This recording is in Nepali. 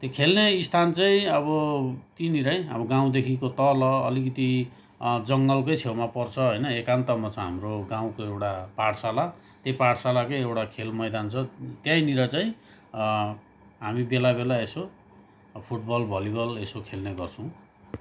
त्यो खेल्ने स्थान चाहिँ अब त्यहीँनिरै अब गाउँदेखिको तल अलिकति जङ्गलकै छेउमा पर्छ होइन एकान्तमा छ हाम्रो गाउँको एउटा पाठशाला त्यो पाठशालाकै एउटा खेल मैदान छ त्यहीँनिर चाहिँ हामी बेला बेला यसो फुटबल भलिबल यसो खेल्ने गर्छौँ